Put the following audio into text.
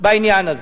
בעניין הזה.